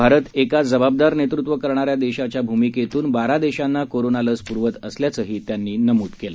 भारत एका जबाबदार नेतृत्व करणारा देश असल्याप्रमाणेच बारा देशांना कोरोना लस पुरवत असल्याचंही त्यांनी नमूद केलं